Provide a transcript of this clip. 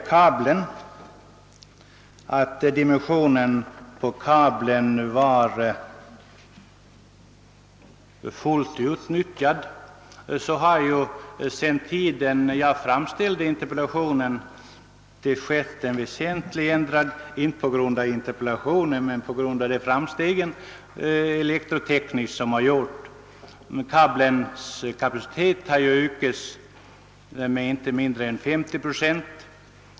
Gotland. Kapaciteten hos kabeln var tidigare helt utnyttjad, men sedan jag framställde min interpellation har det skett en väsentlig ändring — beroende på de elkraftstekniska framsteg som gjorts — och kabelns kapacitet har nu ökat med inte mindre än 50 procent.